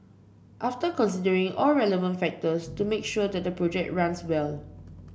after considering all relevant factors to make sure that the project runs well